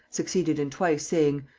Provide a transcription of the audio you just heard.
succeeded in twice saying,